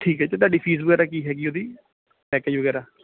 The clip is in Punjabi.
ਠੀਕ ਹੈ ਅਤੇ ਤੁਹਾਡੀ ਫੀਸ ਵਗੈਰਾ ਕੀ ਹੈਗੀ ਉਹਦੀ ਪੈਕਜ ਵਗੈਰਾ